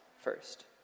first